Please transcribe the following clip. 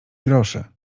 groszy